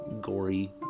gory